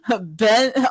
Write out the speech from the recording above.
Ben